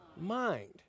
mind